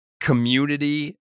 community